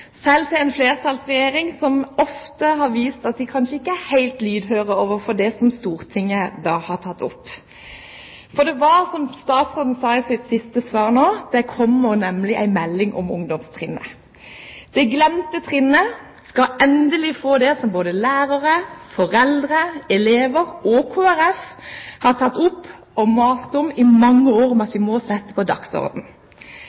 selv til en flertallsregjering som ofte har vist at den kanskje ikke er helt lydhør overfor det som Stortinget har tatt opp. For det var som statsråden sa i sitt siste svar nå: Det kommer en melding om ungdomstrinnet. Det glemte trinnet skal – noe både lærere, foreldre, elever og Kristelig Folkeparti har tatt opp og mast om i mange år